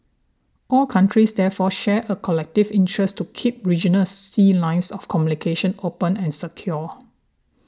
all countries therefore share a collective interest to keep regional sea lines of communication open and secure